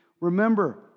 remember